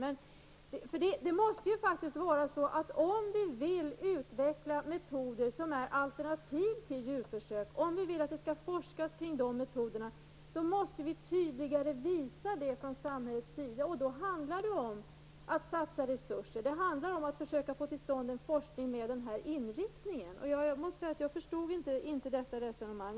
Om vi vill att det skall forskas kring metoder som kan vara alternativ till djurförsök, måste det visas tydligare från samhällets sida. Då måste man satsa resurser för att få till stånd en forskning med den här inriktningen. Jag förstod inte Håkan Strömbergs resonemang.